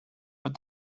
but